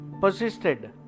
persisted